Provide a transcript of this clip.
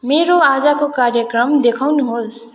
मेरो आजको कार्यक्रम देखाउनुहोस्